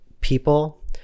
people